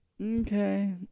Okay